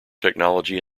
technology